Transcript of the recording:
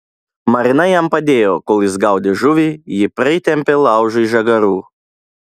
marina jam padėjo kol jis gaudė žuvį ji pritempė laužui žagarų